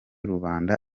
rubanda